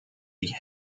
die